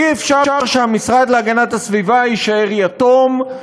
אי-אפשר שהמשרד להגנת הסביבה יישאר יתום,